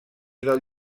del